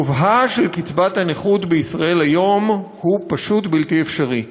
גובה קצבת הנכות בישראל היום הוא פשוט בלתי אפשרי.